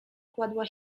kładła